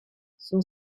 son